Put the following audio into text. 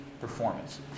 Performance